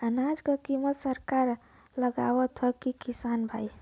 अनाज क कीमत सरकार लगावत हैं कि किसान भाई?